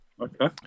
Okay